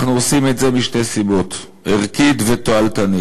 אנחנו עושים את זה משתי סיבות, ערכית ותועלתנית.